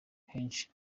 henshi